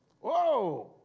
Whoa